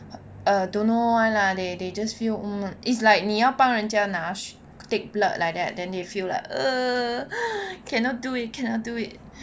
err don't know [one] lah they they just feel is like 你要帮人家拿 take blood like that then they feel like err cannot do it cannot do it